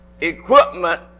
equipment